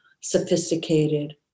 sophisticated